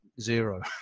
zero